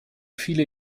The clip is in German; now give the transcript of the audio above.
viele